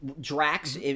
Drax